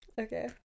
Okay